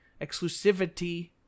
exclusivity